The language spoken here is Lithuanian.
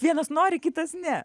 vienas nori kitas ne